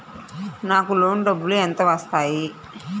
నాకు లోన్ డబ్బులు ఎంత వస్తాయి?